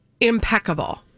impeccable